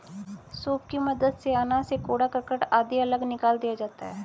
soup की मदद से अनाज से कूड़ा करकट आदि अलग निकाल दिया जाता है